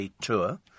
tour